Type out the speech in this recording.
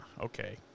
okay